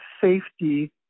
safety